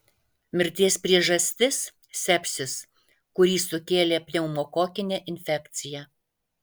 mirties priežastis sepsis kurį sukėlė pneumokokinė infekcija